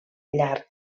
llarg